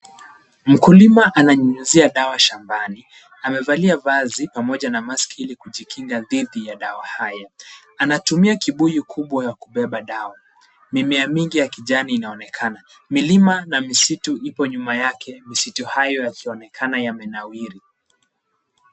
Mkulima ananyunyizia dawa shambani. Amevalia vazi pamoja na maski ili kujikinga dhidi ya dawa haya. Anatumia kibuyu kubwa ya kubeba dawa. Mimea mingi ya kijani inaonekana. Milima na misitu ipo nyuma yake. Misitu hayo yakionekana yamenawiri.